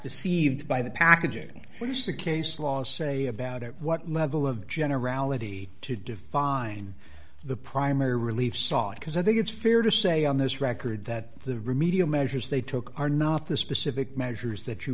deceived by the packaging was the case last say about what level of generality to define the primary relief sought because i think it's fair to say on this record that the remedial measures they took are not the specific measures that you